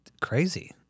crazy